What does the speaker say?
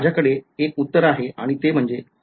माझ्याकडे एक उत्तर आहे आणि ते म्हणजे हो